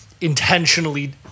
intentionally